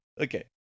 okay